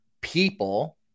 people